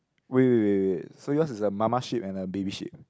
wait wait wait wait so yours is a mama sheep and a baby sheep